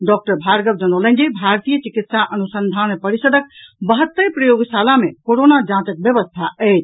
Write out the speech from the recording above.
doctor Bhargava जनौलनि जे भारतीय चिकित्सा अनुसंधान परिषदक बहत्तरि प्रयोगशाला मे कोरोना जांचक व्यवस्था अछि